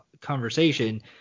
conversation